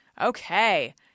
Okay